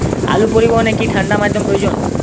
আলু পরিবহনে কি ঠাণ্ডা মাধ্যম প্রয়োজন?